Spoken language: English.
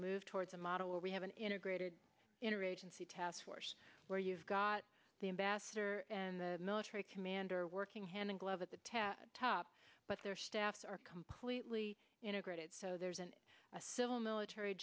move towards a model where we have an integrated interagency task force where you've got the ambassador and the military commander working hand in glove at the top but their staffs are completely integrated so there isn't a civil military